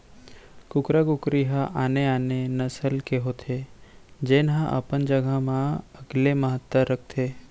कुकरा कुकरी ह आने आने नसल के होथे जेन ह अपन जघा म अलगे महत्ता राखथे